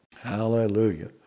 Hallelujah